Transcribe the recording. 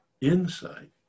insight